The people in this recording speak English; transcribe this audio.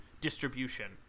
distribution